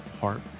heart